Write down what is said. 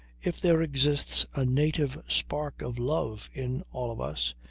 if there exists a native spark of love in all of us,